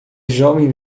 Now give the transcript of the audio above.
jovem